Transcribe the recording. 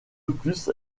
plus